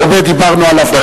כל כך הרבה דיברנו עליו פה.